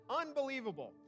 Unbelievable